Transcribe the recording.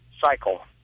cycle